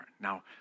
Now